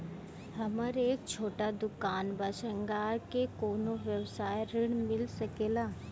हमर एक छोटा दुकान बा श्रृंगार के कौनो व्यवसाय ऋण मिल सके ला?